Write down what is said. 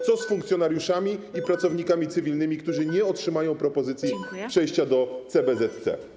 Co z funkcjonariuszami i pracownikami cywilnymi, którzy nie otrzymają propozycji przejścia do CBZC?